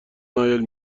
نایل